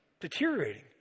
deteriorating